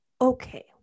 Okay